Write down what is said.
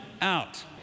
out